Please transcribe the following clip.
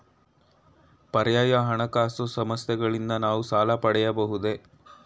ಪರ್ಯಾಯ ಹಣಕಾಸು ಸಂಸ್ಥೆಗಳಿಂದ ನಾವು ಸಾಲ ಪಡೆಯಬಹುದೇ?